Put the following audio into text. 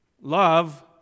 love